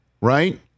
Right